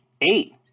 eight